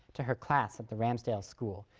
to her class at the ramsdale school.